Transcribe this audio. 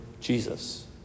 Jesus